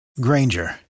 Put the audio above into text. Granger